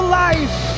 life